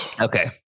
okay